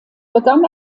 begann